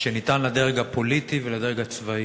שניתנים לדרג הפוליטי ולדרג הצבאי.